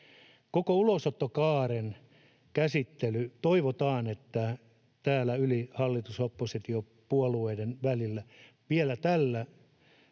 Koko ulosottokaaren käsittely — toivotaan, että täällä hallitus—oppositiopuolueiden välillä vielä tällä